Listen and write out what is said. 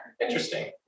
Interesting